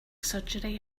surgery